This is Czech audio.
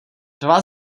dva